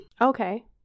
Okay